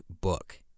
book